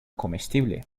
comestible